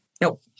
Nope